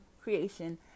creation